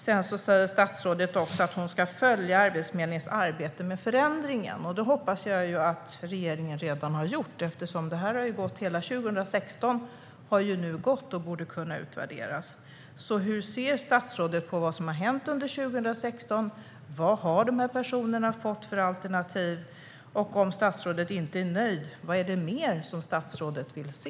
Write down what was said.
Sedan säger statsrådet att hon ska följa Arbetsförmedlingens arbete med förändringen. Det hoppas jag att regeringen redan har gjort, eftersom hela 2016 har gått och borde kunna utvärderas. Hur ser statsrådet på vad som har hänt under 2016? Vad har dessa personer fått för alternativ? Om statsrådet inte är nöjd, vad är det mer som statsrådet vill se?